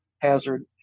hazard